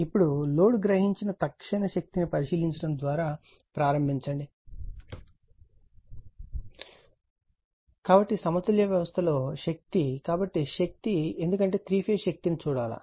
ఇప్పుడు లోడ్ గ్రహించిన తక్షణ శక్తిని పరిశీలించడం ద్వారా ప్రారంభించండి కాబట్టి సమతుల్య వ్యవస్థ లో శక్తి కాబట్టి శక్తి ఎందుకంటే 3 ఫేజ్ శక్తిని చూడాలి